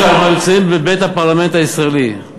אנחנו נמצאים בבית הפרלמנט הישראלי,